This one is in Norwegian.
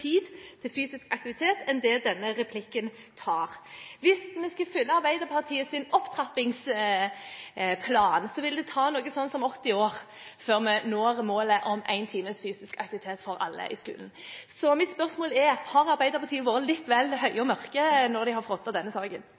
enn det denne replikken tar. Hvis vi skulle følge Arbeiderpartiets opptrappingsplan, ville det ta noe sånt som 80 år før vi når målet om én times fysisk aktivitet for alle i skolen. Mitt spørsmål er: Har Arbeiderpartiet vært litt vel høye og mørke når de har frontet denne saken?